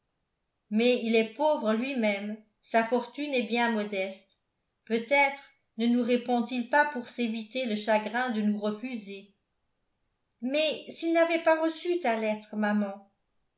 mais il est pauvre lui-même sa fortune est bien modeste peut-être ne nous répond-il pas pour s'éviter le chagrin de nous refuser mais s'il n'avait pas reçu ta lettre maman